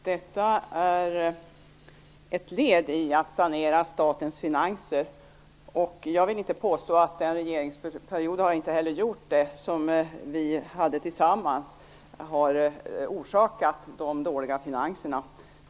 Herr talman! Detta är ett led i att sanera statens finanser. Jag vill inte påstå och har inte heller påstått att den regering som vi hade tillsammans förorsakade de dåliga finanserna.